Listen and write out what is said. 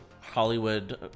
Hollywood